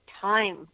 time